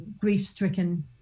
grief-stricken